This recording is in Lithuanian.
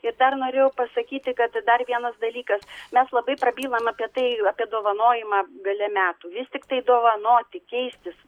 ir dar norėjau pasakyti kad dar vienas dalykas mes labai prabylam apie tai apie dovanojimą gale metų vis tiktai dovanoti keistis